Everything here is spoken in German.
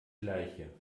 gleiche